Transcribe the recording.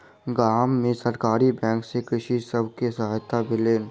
गाम में सरकारी बैंक सॅ कृषक सब के सहायता भेलैन